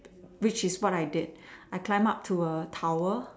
which is what I did I climb up to a tower